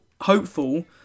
hopeful